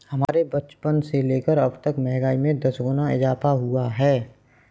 हमारे बचपन से लेकर अबतक महंगाई में दस गुना इजाफा हुआ है